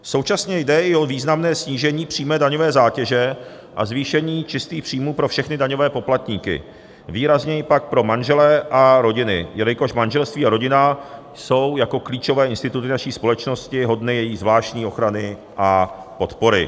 Současně jde i o významné snížení přímé daňové zátěže a zvýšení čistých příjmů pro všechny daňové poplatníky, výrazněji pak pro manžele a rodiny, jelikož manželství a rodina jsou jako klíčové instituty naší společnosti hodny jejich zvláštní ochrany a podpory.